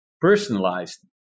personalized